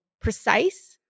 precise